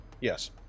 Yes